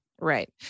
Right